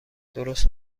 درست